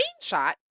screenshot